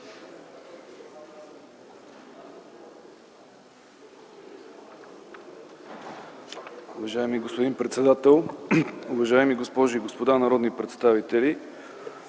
Уважаеми господин председател, уважаеми госпожи и господа народни представители!